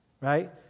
right